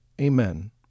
Amen